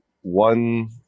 one